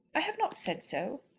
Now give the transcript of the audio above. i have not said so.